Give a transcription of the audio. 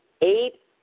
eight